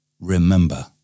remember